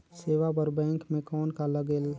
सेवा बर बैंक मे कौन का लगेल?